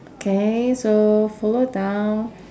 K so follow down